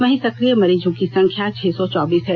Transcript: वहीं सकिय मरीजों की संख्या छह सौ चौबीस है